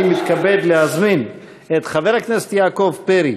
אני מתכבד להזמין את חבר הכנסת יעקב פרי.